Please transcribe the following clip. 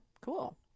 Cool